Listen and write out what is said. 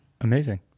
amazing